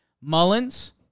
Mullins